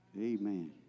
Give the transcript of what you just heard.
Amen